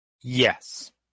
Yes